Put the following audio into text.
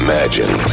Imagine